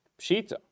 Pshita